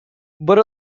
but